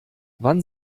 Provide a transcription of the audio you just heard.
wann